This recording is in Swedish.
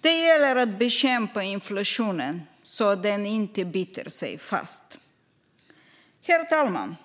Det gäller att bekämpa inflationen så att den inte biter sig fast. Herr talman!